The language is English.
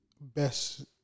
best